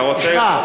שמע,